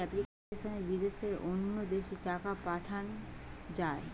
যে এপ্লিকেশনে বিদেশ থেকে অন্য দেশে টাকা পাঠান যায়